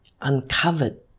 uncovered